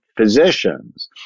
physicians